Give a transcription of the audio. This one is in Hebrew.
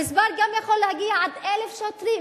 המספר יכול להגיע גם עד 1,000 שוטרים,